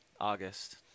August